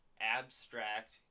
abstract